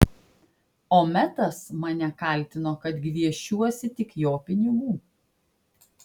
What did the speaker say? o metas mane kaltino kad gviešiuosi tik jo pinigų